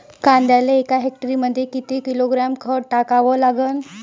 कांद्याले एका हेक्टरमंदी किती किलोग्रॅम खत टाकावं लागन?